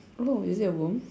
oh is it a worm